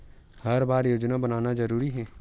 हर बार योजना बनाना जरूरी है?